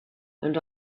and